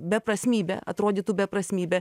beprasmybė atrodytų beprasmybė